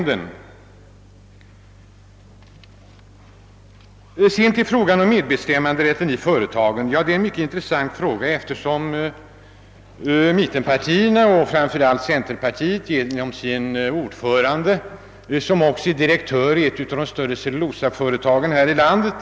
Sedan kommer jag till frågan om medbestämmanderätt i företagen. Centerpartiets ordförande är som bekant direktör i ett av de större cellulosaföretagen här i landet.